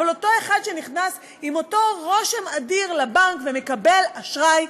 אבל אותו אחד שנכנס עם אותו רושם אדיר לבנק ומקבל אשראי,